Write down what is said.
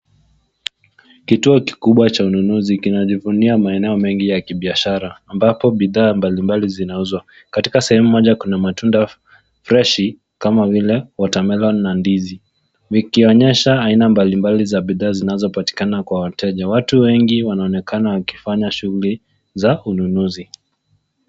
Kituo kikubwa cha ununuzi kinajivunia maeneo mengi ya kibiashara, ambapo bidhaa mbalimbali zinauzwa. Katika sehemu moja kuna matunda freshi kama vile watermelon na ndizi vikionyesha aina mbalimbali za bidhaa zinazopatikana kwa wateja. Watu wengi wanaonekana wakifanya shughuli za ununuzi.